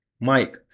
Mike